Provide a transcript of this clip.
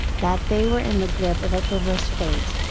that they were in the grip of a perverse fate.